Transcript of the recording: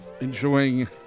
Enjoying